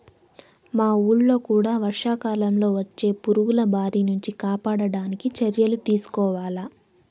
మా వూళ్ళో కూడా వర్షాకాలంలో వచ్చే పురుగుల బారి నుంచి కాపాడడానికి చర్యలు తీసుకోవాల